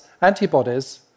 antibodies